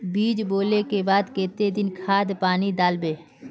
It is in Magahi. बीज बोले के बाद केते दिन बाद खाद पानी दाल वे?